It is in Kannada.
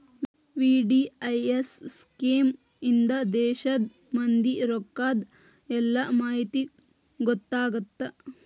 ವಿ.ಡಿ.ಐ.ಎಸ್ ಸ್ಕೇಮ್ ಇಂದಾ ದೇಶದ್ ಮಂದಿ ರೊಕ್ಕದ್ ಎಲ್ಲಾ ಮಾಹಿತಿ ಗೊತ್ತಾಗತ್ತ